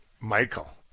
Michael